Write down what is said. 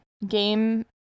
game